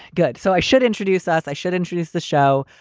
good. so i should introduce us. i should introduce the show.